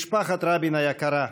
משפחת רבין היקרה: